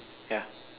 yeah